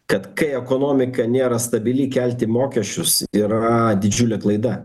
kad kai ekonomika nėra stabili kelti mokesčius yra didžiulė klaida